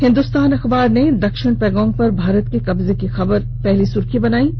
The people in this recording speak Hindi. हिंदुस्तान अखबार ने दक्षिण पैंगोंग पर भारत के कब्जे की खबर को पहली सुर्खी बनाया है